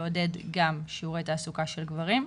לעודד גם שיעורי תעסוקה של גברים.